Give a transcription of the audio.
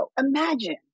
imagine